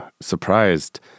surprised